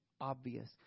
obvious